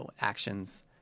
actions